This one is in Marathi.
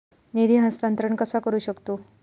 निधी हस्तांतर कसा करू शकतू?